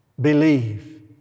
Believe